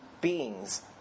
beings